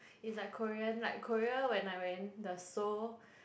is like Korean like Korea when I went the Seoul